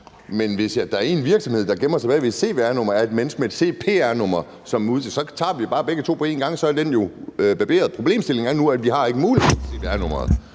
der i en virksomhed, der gemmer sig bag et cvr-nummer, er et menneske med et cpr-nummer, så tager vi bare begge to på en gang, og så er den ged jo barberet. Problemstillingen nu er, at vi ikke har muligheden for